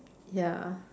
ya